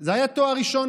זה היה רק תואר ראשון.